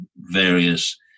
various